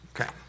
Okay